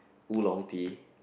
oolong tea